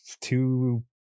two